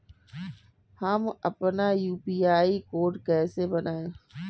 हम अपना UPI code कैसे बनाएँ?